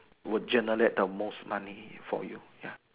would generate the most money for you ya